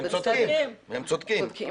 והם צודקים.